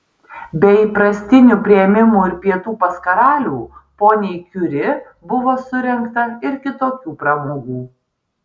be įprastinių priėmimų ir pietų pas karalių poniai kiuri buvo surengta ir kitokių pramogų